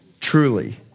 truly